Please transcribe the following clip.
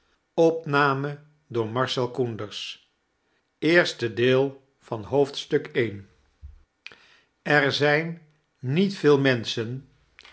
er zijn niet veel menschen